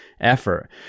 effort